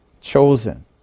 chosen